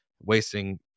wasting